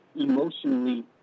emotionally